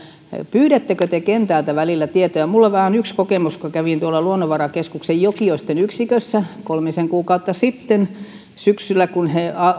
pyydättekö te kentältä välillä tietoja minulla on vain yksi kokemus kävin luonnonvarakeskuksen jokioisten yksikössä syksyllä kolmisen kuukautta sitten kun he